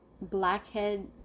Blackhead